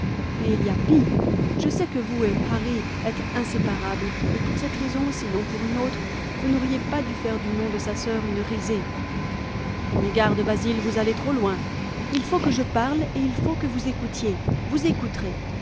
et il y a pis je sais que vous et ilarry êtes inséparables et pour cette raison sinon pour une autre vous n'auriez pas dû faire du nom de sa sœur une risée prenez garde basil vous allez trop loin il faut que je parle et il faut que vous écoutiez vous écouterez